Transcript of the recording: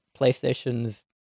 playstation's